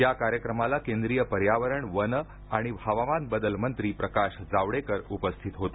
या कार्यक्रमाला केंद्रीय पर्यावरण वन आणि हवामान बदल मंत्री प्रकाश जावडेकर उपस्थित होते